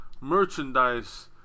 merchandise